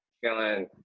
feeling